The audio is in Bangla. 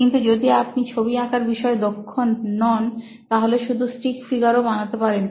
কিন্তু যদি আপনি ছবি আঁকার বিষয়ে দক্ষ নন তাহলে শুধু স্টিক ফিগারও বানাতে পারেন